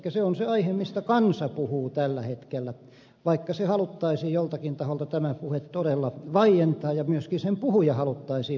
se on se aihe mistä kansa puhuu tällä hetkellä vaikka haluttaisiin joltakin taholta tämä puhe todella vaientaa ja myöskin sen puhuja haluttaisiin vaientaa